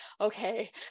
okay